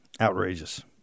Outrageous